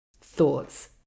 thoughts